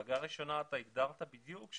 דרגה ראשונה אתה הגדרת בדיוק?